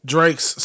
Drake's